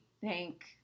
thank